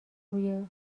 روی